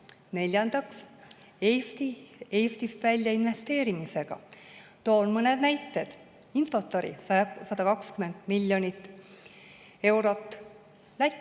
Neljandaks, Eestist välja investeerimisega. Toon mõned näited: Infortari 120 miljonit eurot Lätti,